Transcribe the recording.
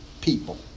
people